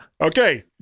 okay